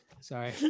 Sorry